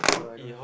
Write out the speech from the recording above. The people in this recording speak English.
no I don't